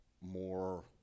more